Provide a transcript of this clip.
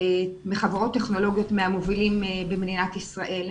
טכנולוגיות מהמובילים במדינת ישראל,